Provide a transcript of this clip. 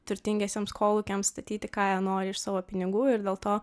turtingiesiems kolūkiams statyti ką jie nori iš savo pinigų ir dėl to